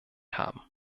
haben